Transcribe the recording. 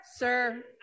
Sir